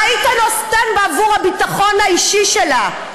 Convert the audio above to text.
מה היית נותן בעבור הביטחון האישי שלה?